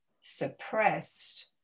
suppressed